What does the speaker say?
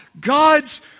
God's